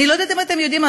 אני לא יודעת אם אתם יודעים,